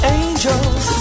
angels